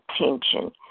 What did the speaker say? attention